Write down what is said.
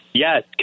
Yes